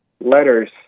Letters